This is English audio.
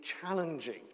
challenging